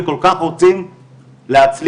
וכל כך רוצים להצליח.